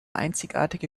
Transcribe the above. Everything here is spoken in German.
einzigartige